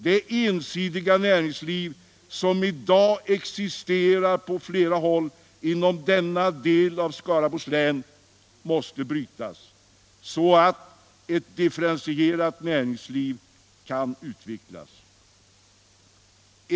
Den ensidighet i näringslivet som i dag existerar på flera håll inom denna del av länet måste brytas, så att ett differentierat näringsliv kan utvecklas.